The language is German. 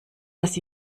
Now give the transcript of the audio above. was